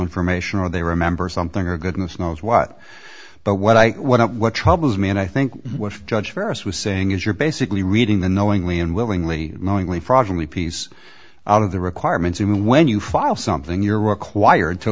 information or they remember something or goodness knows what but what i what what troubles me and i think what judge ferris was saying is you're basically reading the knowingly and willingly knowingly progeny piece out of the requirements and when you file something you're required to